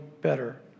better